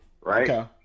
Right